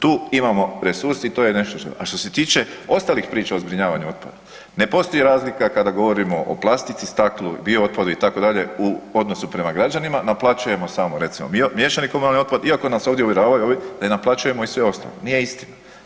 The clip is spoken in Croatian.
Tu imamo resurs i to je nešto ... a što se tiče ostalih priča o zbrinjavanju otpada, ne postoji razlika kada govorimo o plastici, staklu, bio otpadu itd. u odnosu prema građanima, naplaćujemo samo recimo miješani komunalni otpad iako nas ovdje uvjeravaju ovi da im naplaćujem i sve ostalo, nije istina.